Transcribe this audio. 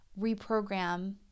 reprogram